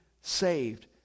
saved